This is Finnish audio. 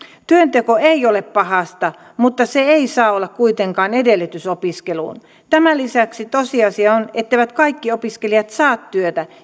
työnteko ei ole pahasta mutta se ei saa olla kuitenkaan edellytys opiskeluun tämän lisäksi tosiasia on etteivät kaikki opiskelijat saa työtä